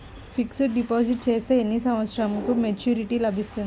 Fixed deposit చేస్తే ఎన్ని సంవత్సరంకు మెచూరిటీ లభిస్తుంది?